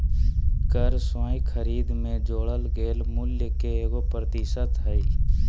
कर स्वयं खरीद में जोड़ल गेल मूल्य के एगो प्रतिशत हइ